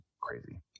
Crazy